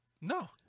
No